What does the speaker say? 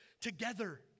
together